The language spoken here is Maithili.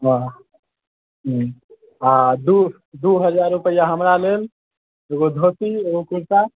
हँ ह्म्म आ दू दू हजार रुपैआ हमरा लेल एगो धोती एगो कुर्ता